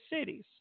cities